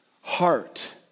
heart